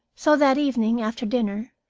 so that evening, after dinner,